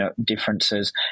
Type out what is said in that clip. differences